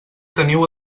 teniu